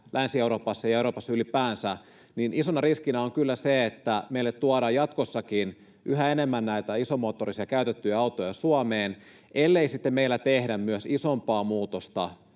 Länsi-Euroopassa ja Euroopassa ylipäänsä, niin isona riskinä on kyllä se, että meille tuodaan jatkossakin yhä enemmän näitä isomoottorisia käytettyjä autoja Suomeen, ellei meillä sitten tehdä myös isompaa muutosta